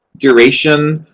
duration.